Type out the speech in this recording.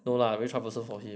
no lah very troublesome for him